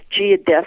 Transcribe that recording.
geodesic